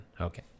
Okay